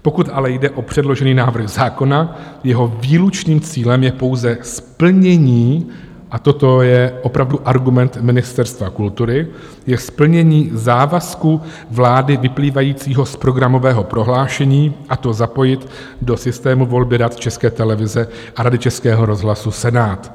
Pokud ale jde o předložený návrh zákona, jeho výlučným cílem je pouze splnění a toto je opravdu argument Ministerstva kultury je splnění závazku vlády vyplývajícího z programového prohlášení, a to zapojit do systému volby Rad České televize a Rady Českého rozhlasu Senát.